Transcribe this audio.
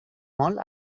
molt